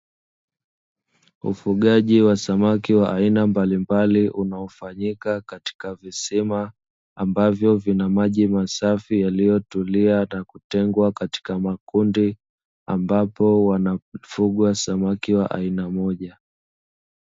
Ufugaji wa samaki wa aina mbalimbali unaofanyika katika visima ambavyo vina maji safi na kutulia, yaliyotengwa katika makundi ambapo wanafugwa samaki wa aina moja.